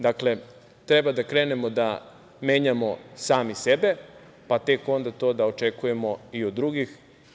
Dakle, treba da krenemo da menjamo sami sebe, pa tek onda to da očekujemo i od drugih.